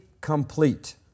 complete